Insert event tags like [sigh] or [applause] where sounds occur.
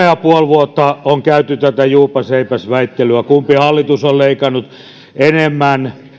[unintelligible] ja puoli vuotta on käyty tätä juupas eipäs väittelyä kumpi hallitus on leikannut enemmän